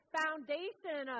foundation